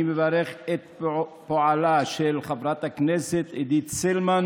אני מברך את פועלה של חברת הכנסת עידית סילמן